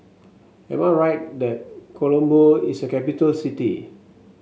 am I right that Colombo is a capital city